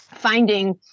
finding